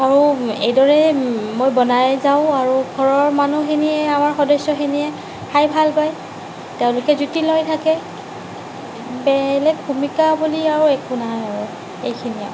আৰু এইদৰে মই বনাই যাওঁ আৰু ঘৰৰ মানুহখিনিয়ে আমাৰ সদস্যখিনিয়ে খাই ভালপায় তেওঁলোকে জুতি লৈ থাকে বেলেগ ভূমিকা বুলি আৰু একো নাই আৰু এইখিনিয়ে আৰু